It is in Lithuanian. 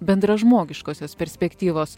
bendražmogiškosios perspektyvos